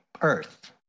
earth